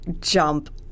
jump